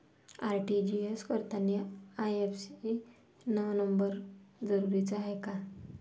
RTGS करतांनी IFSC न number असनं जरुरीच हाय का?